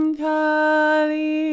kali